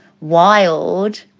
wild